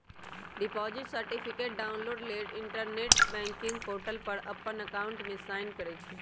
deposit certificate download लेल internet banking portal पर अप्पन अकाउंट में साइन करइ छइ